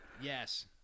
Yes